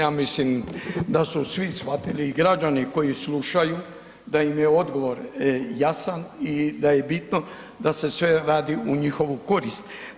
Ja mislim da su svi shvatili i građani koji slušaju da im je odgovor jasan i da je bitno da se sve radi u njihovu korist.